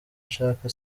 nshaka